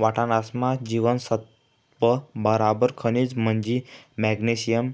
वाटाणासमा जीवनसत्त्व बराबर खनिज म्हंजी मॅग्नेशियम